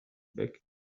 back